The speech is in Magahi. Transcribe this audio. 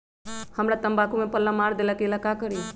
हमरा तंबाकू में पल्ला मार देलक ये ला का करी?